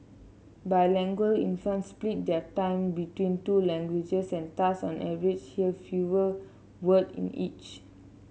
bilingual infants split their time between two languages and thus on average hear fewer word in each